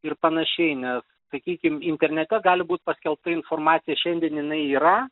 ir panašiai nes sakykim internete gali būt paskelbta informacija šiandien jinai yra